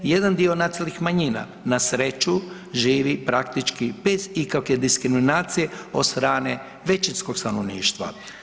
Jedan dio nacionalnih manjina na sreću živi praktički bez ikakve diskriminacije od strane većinskog stanovništva.